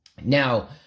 Now